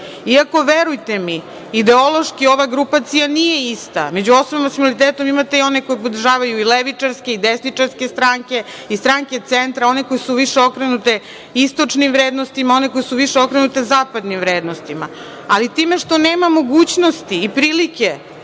iako, verujte mi, ideološki ova grupacija nije ista.Među osobama sa invaliditetom imate i one koji podržavaju i levičarske i desničarske stranke i stranke centra, one koje su više okrenute istočnim vrednostima, one koje su više okrenute zapadnim vrednostima, ali time što nema mogućnosti i prilike